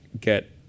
get